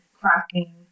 cracking